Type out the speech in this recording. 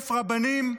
1,000 רבנים?